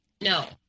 no